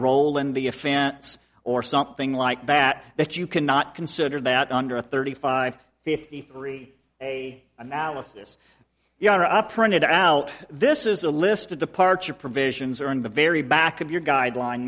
role in the a fan's or something like that that you cannot consider that under thirty five fifty three a analysis you are up printed out this is a list of departure provisions or in the very back of your guideline